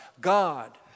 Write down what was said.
God